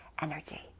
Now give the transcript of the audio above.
energy